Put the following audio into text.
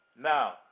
Now